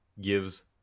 gives